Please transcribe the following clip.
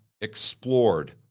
explored